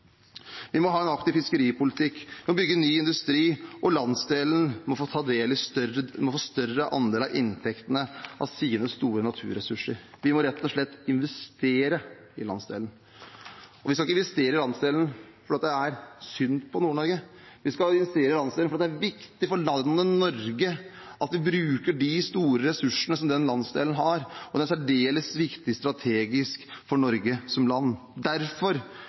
Vi må ha en aktiv fiskeripolitikk, vi må bygge ny industri, og landsdelen må få en større andel av inntektene av sine store naturressurser. Vi må rett og slett investere i landsdelen. Vi skal ikke investere i landsdelen fordi det er synd på Nord-Norge. Vi skal investere i landsdelen fordi det er viktig for landet Norge at vi bruker de store ressursene som den landsdelen har, og det er særdeles viktig strategisk for Norge som land. Derfor